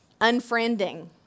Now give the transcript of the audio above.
unfriending